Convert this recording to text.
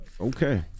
Okay